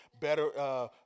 better